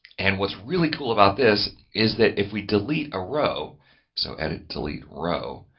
and what's really cool about this is that if we delete a row so edit, delete row